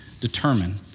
determine